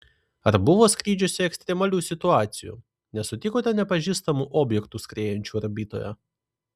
ar buvo skrydžiuose ekstremalių situacijų nesutikote nepažįstamų objektų skriejančių orbitoje